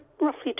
roughly